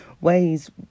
Ways